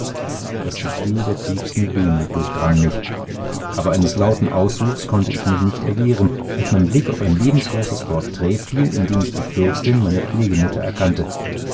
das gefühl der tiefsten wehmut durchdrang mich aber eines lauten ausrufs konnte ich mich nicht erwehren als mein blick auf ein lebensgroßes porträt fiel in dem ich die fürstin meine pflegemutter erkannte